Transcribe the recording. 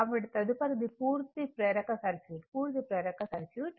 కాబట్టి తదుపరిది పూర్తి ప్రేరక సర్క్యూట్ పూర్తి ప్రేరక సర్క్యూట్